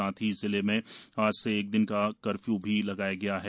साथ ही जिले में आज एक दिन का कर्फ्यू भी लगाया गया है